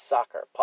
Soccer